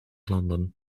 landen